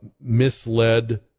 misled